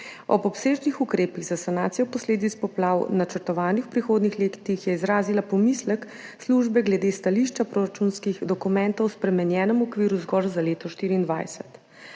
Ob obsežnih ukrepih za sanacijo posledic poplav, načrtovanih v prihodnjih letih, je izrazila pomislek službe glede stališča proračunskih dokumentov o spremenjenem okviru zgolj za leto 2024.